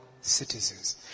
citizens